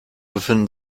befinden